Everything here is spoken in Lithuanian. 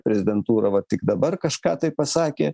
prezidentūra va tik dabar kažką tai pasakė